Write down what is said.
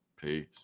peace